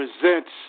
Presents